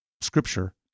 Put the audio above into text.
Scripture